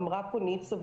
אמרה פה ניצה,